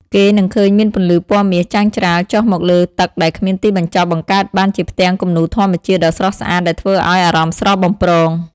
គេនឹងឃើញមានពន្លឺពណ៌មាសចាំងច្រាលចុះមកលើទឹកដែលគ្មានទីបញ្ចប់បង្កើតបានជាផ្ទាំងគំនូរធម្មជាតិដ៏ស្រស់ស្អាតដែលធ្វើឱ្យអារម្មណ៍ស្រស់បំព្រង។